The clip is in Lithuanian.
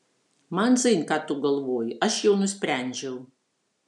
man dzin ką tu galvoji aš jau nusprendžiau